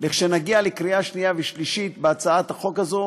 כשנגיע לקריאה שנייה ושלישית בהצעת החוק הזאת